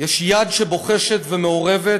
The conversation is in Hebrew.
יש יד שבוחשת ומעורבת.